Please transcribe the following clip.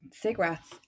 Cigarettes